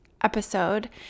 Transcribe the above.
episode